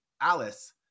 alice